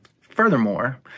Furthermore